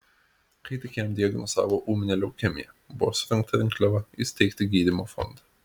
kai tik jam diagnozavo ūminę leukemiją buvo surengta rinkliava įsteigti gydymo fondą